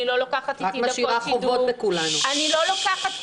אני לא לוקחת איתי דקות שידור.